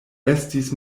estis